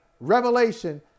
revelation